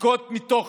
ריקות מתוכן.